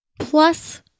Plus